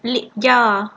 lead ya